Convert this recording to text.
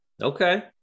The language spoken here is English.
Okay